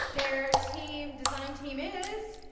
they're team design team is